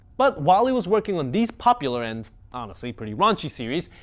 but while he was working on these popular and honestly pretty raunchy series,